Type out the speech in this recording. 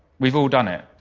we've all done it,